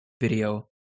video